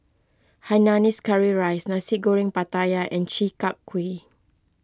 Hainanese Curry Rice Nasi Goreng Pattaya and Chi Kak Kuih